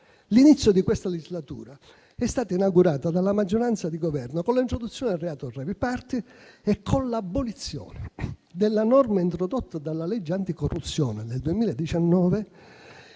L'inizio di questa legislatura è stata inaugurata dalla maggioranza di Governo con l'introduzione del reato di *rave party* e con l'abolizione della norma, introdotta dalla legge anticorruzione del 2019,